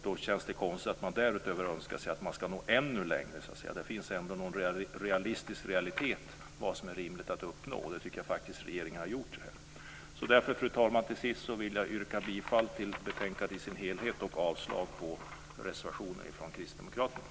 Då känns det konstigt att man därutöver önskar sig att man ska nå ännu längre. Det finns ändå någon realitet vad gäller vad som är rimligt att uppnå, och det tycker jag att regeringen har lyckats med här. Därför, fru talman, vill jag till sist yrka bifall till hemställan i betänkandet i sin helhet och avslag på reservationen från Kristdemokraterna.